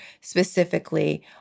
specifically